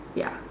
ya